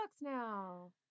now